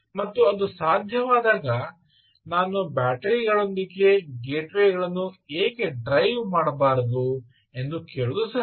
ಮತ್ತು ಅದು ಸಾಧ್ಯವಾದಾಗ ನಾನು ಬ್ಯಾಟರಿಗಳೊಂದಿಗೆ ಗೇಟ್ವೇಗಳನ್ನು ಏಕೆ ಡ್ರೈವ್ ಮಾಡಬಾರದು ಎಂದು ಕೇಳುವುದು ಸಹಜ